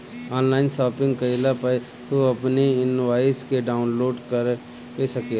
online shopping कईला पअ तू अपनी इनवॉइस के डाउनलोड कअ सकेला